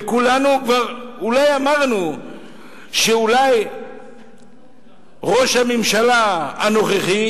וכולנו כבר אמרנו שאולי ראש הממשלה הנוכחי